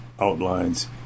outlines